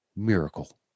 miracle